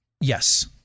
Yes